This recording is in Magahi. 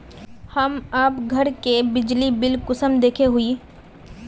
हम आप घर के बिजली बिल कुंसम देखे हुई?